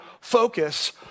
focus